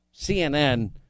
CNN